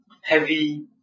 heavy